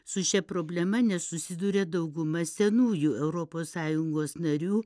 su šia problema nesusiduria dauguma senųjų europos sąjungos narių